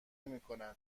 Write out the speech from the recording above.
میکند